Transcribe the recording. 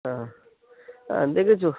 হ্যাঁ দেখেছ